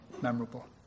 memorable